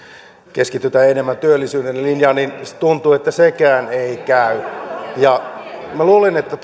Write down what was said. keskitytään enemmän työllisyyden linjaan niin tuntuu että sekään ei käy minä luulen että